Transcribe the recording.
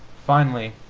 finally,